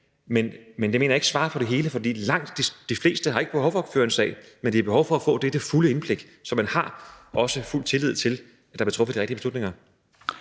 men det mener jeg ikke er svaret på det hele, for langt de fleste har ikke behov for at føre en sag, men de har behov for at få det fulde indblik, så der også er fuld tillid til, at der bliver truffet de rigtige beslutninger.